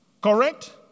correct